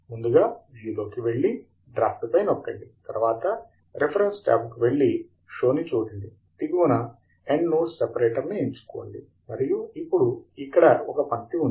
ముందుగా వ్యూ లోకి వెళ్లి డ్రాఫ్ట్ పై నొక్కండి తరువాత రిఫరెన్సెస్ ట్యాబ్కు వెళ్లి షో ని చూడండి దిగువన ఎండ్ నోట్స్ సెపరేటర్ ని ఎంచుకోండి మరియు ఇప్పుడు ఇక్కడ ఒక పంక్తి ఉంది